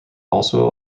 also